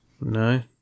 No